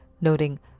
noting